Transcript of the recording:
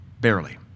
barely